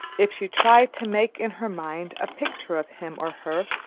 if she tried to make in her mind a picture of him or her,